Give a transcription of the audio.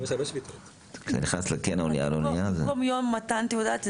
במקום: יום מתן תעודת,